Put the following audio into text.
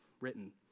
written